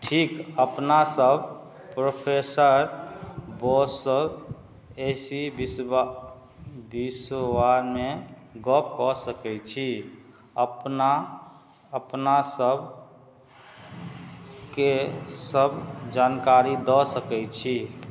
ठीक अपनासभ प्रोफेसर बोससँ ए सी बिषबा विषबामे गप कऽ सकैत छी अपना अपनासभकेँ सब जानकारी दऽ सकैत छी